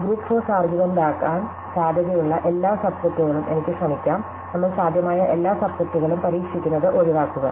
group force argument ആകാൻ സാധ്യതയുള്ള എല്ലാ സബ് സെറ്റുകളും എനിക്ക് ശ്രമിക്കാംനമ്മൾ സാധ്യമായ എല്ലാ സബ് സെറ്റുകളും പരീക്ഷിക്കുന്നത് ഒഴിവാക്കുക